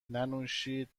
ننوشید